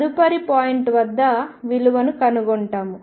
తదుపరి పాయింట్ వద్ద విలువను కనుగొంటాము